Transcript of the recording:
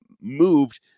moved